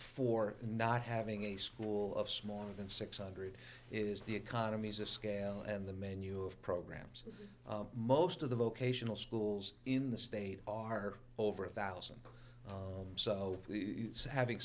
for not having a school of smaller than six hundred is the economies of scale and the menu of programs most of the vocational schools in the state are over a thousand so having